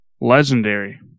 legendary